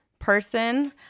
person